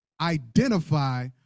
identify